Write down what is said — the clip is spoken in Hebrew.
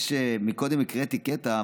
קודם הקראתי קטע,